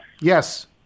Yes